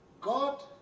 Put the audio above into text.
God